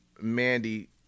Mandy